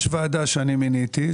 יש ועדה שאני מיניתי,